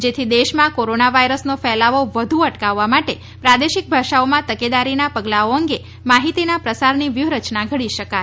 જેથી દેશમાં કોરોના વાયરસનો ફેલાવો વધુ અટકાવવા માટે પ્રાદેશિક ભાષાઓમાં તકેદારીના પગલાઓ અંગે માહિતીના પ્રસારની વ્યુહરચના ઘડી શકાય